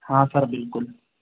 हां सर बिल्कुल